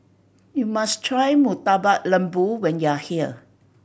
you must try Murtabak Lembu when you are here